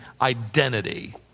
identity